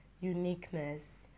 uniqueness